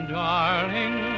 darling